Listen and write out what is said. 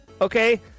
okay